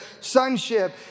sonship